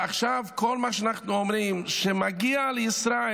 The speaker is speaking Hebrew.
ועכשיו כל מה שאנחנו אומרים הוא שמגיע לישראל,